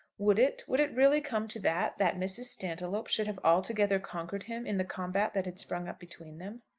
would it would it really come to that, that mrs. stantiloup should have altogether conquered him in the combat that had sprung up between them?